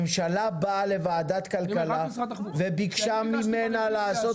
הממשלה באה לוועדת הכלכלה וביקשה ממנה לעשות